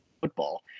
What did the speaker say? football